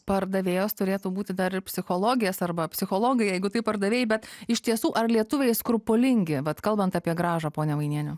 pardavėjos turėtų būti dar ir psichologės arba psichologai jeigu tai pardavėjai bet iš tiesų ar lietuviai skrupulingi vat kalbant apie grąžą ponia vainiene